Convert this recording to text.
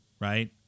right